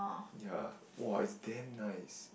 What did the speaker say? ya !wah! it's damn nice